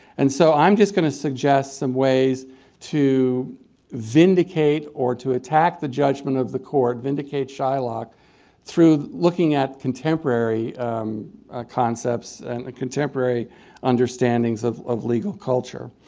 and so i'm just going to suggest some ways to vindicate or to attack the judgment of the court, vindicate shylock through looking at contemporary concepts and contemporary understandings of of legal culture.